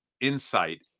insight